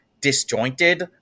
disjointed